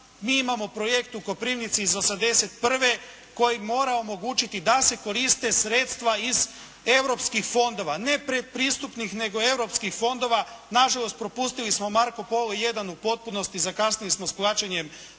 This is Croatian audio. Mi imamo projekt u Koprivnici iz 81. koji mora omogućiti da se koriste sredstva iz europskih fondova, ne predpristupnih nego europskih fondova. Nažalost, propustili smo "Marko Polo 1" u potpunosti, zakasnili smo s plaćanjem